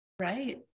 right